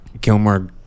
Gilmore